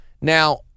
Now